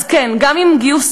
אז כן, גם אם גיוס